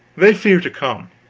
they fear to come.